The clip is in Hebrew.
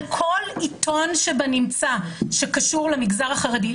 כל עיתון שבנמצא שקשור למגזר החרדי,